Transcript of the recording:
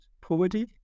poverty